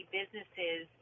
businesses